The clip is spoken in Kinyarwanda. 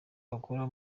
wakora